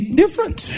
different